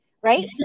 right